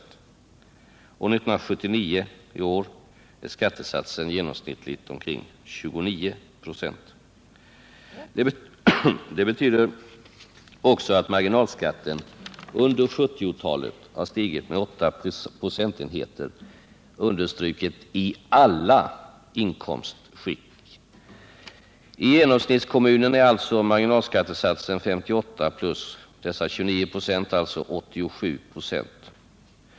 År 1979 —i år — är skattesatsen genomsnittligt 29 926. Det betyder också att marginalskatten under 1970-talet har stigit med åtta procentenheter i alla inkomstskikt. I genomsnittskommunen är alltså marginalskattesatsen 58 26 plus dessa 29 96, alltså 87 26.